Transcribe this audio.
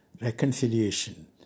reconciliation